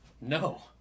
No